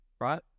right